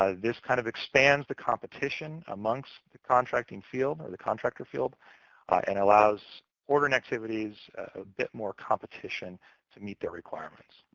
ah this kind of expands the competition amongst contracting fields or the contractor field and allows ordering activities a bit more competition to meet their requirements.